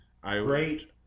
Great